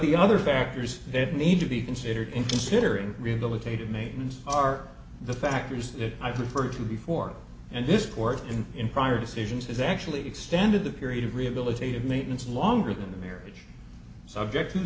the other factors that need to be considered in considering rehabilitated maidens are the factors that i've referred to before and this court and in prior decisions has actually extended the period of rehabilitative maintenance longer than the marriage subject to